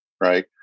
right